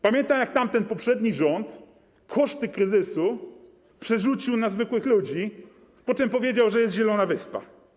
Pamiętam, jak poprzedni rząd koszty kryzysu przerzucił na zwykłych ludzi, po czym powiedział, że jest zielona wyspa.